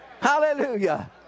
hallelujah